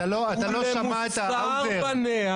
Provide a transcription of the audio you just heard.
אתה לא שמעת, האוזר.